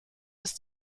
ist